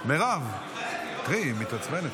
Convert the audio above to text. מרב, תראי, היא מתעצבנת.